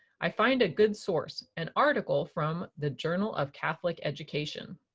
i find a good source, an article from the journal of catholic education.